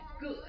good